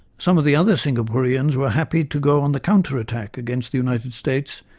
some of the other singaporeans were happy to go on the counter-attack against the united states,